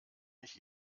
mich